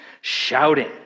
Shouting